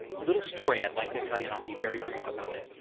little story i'd like to tell you, and i'll be very brief about it.